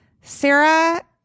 Sarah